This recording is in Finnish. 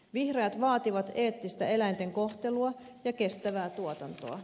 vihreät vaativat eettistä eläinten kohtelua ja kestävää tuotantoa